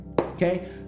Okay